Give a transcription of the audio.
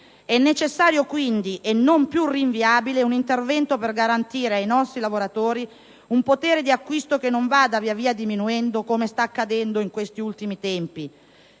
È necessario quindi, e non più rinviabile, un intervento per garantire ai nostri lavoratori un potere di acquisto che non vada via via diminuendo, come sta accadendo in questi ultimi tempi.